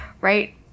right